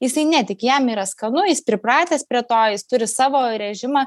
jisai netiki jam yra skanu jis pripratęs prie to jis turi savo režimą